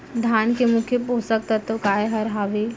धान के मुख्य पोसक तत्व काय हर हावे?